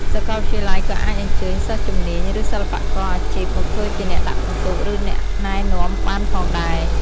សាកលវិទ្យាល័យក៏អាចអញ្ជើញសិស្សជំនាញ ឬសិល្បករអាជីពមកធ្វើជាអ្នកដាក់ពិន្ទុ ឬអ្នកណែនាំបានផងដែរ។